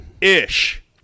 Ish